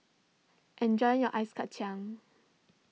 enjoy your Ice Kacang